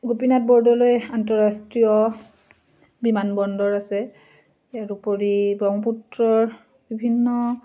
গোপীনাথ বৰদলৈ আন্তঃৰাষ্ট্ৰীয় বিমানবন্দৰ আছে ইয়াৰোপৰি ব্ৰহ্মপুত্ৰৰ বিভিন্ন